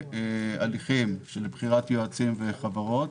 להליכים של בחירת יועצים וחברות.